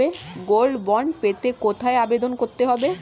Gold bond পেতে কোথায় আবেদন করতে হবে?